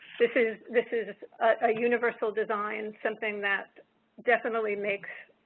this is this is a universal design, something that definitely makes